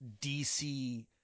DC